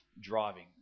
driving